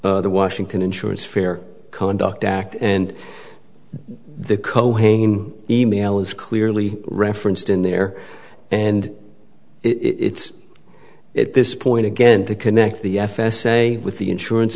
the washington insurance fair conduct act and the co hanging e mail is clearly referenced in there and it's at this point again to connect the f s a with the insurance